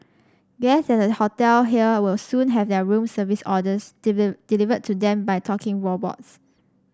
guests at a hotel here will soon have their room service orders delivered to them by talking robots